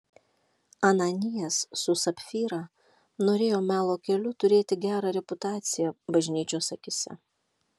ananijas su sapfyra norėjo melo keliu turėti gerą reputaciją bažnyčios akyse